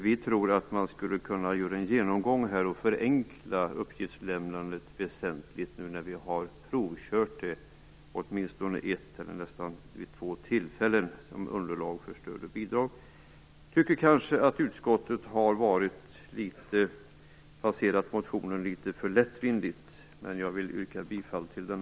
Vi tror att man skulle kunna göra en genomgång här och förenkla uppgiftslämnandet väsentligt nu när vi har provkört det vid åtminstone ett eller två tillfällen som underlag för större bidrag. Vi tycker att utskottet har passerat motionen litet för lättvindigt. Jag vill yrka bifall till den.